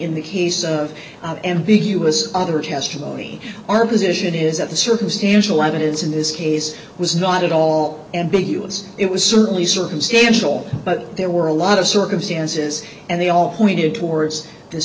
in the case of m b he was other testimony our position is that the circumstantial evidence in this case was not at all ambiguous it was certainly circumstantial but there were a lot of circumstances and they all pointed towards this